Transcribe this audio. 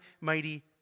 mighty